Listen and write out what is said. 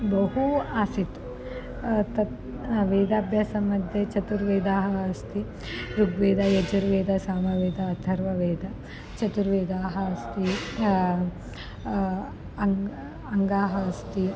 बहवः आसन् तत् वेदाभ्यासमध्ये चतुर्वेदाः अस्ति ऋग्वेदः यजुर्वेदः सामवेदः अथर्ववेदः चतुर्वेदाः अस्ति अङ्गम् अङ्गम् अस्ति